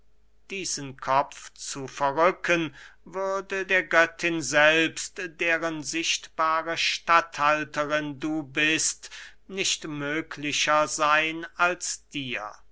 diesen kopf zu verrücken würde der göttin selbst deren sichtbare statthalterin du bist nicht möglicher seyn als dir